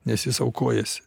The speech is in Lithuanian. nes jis aukojasi